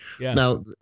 Now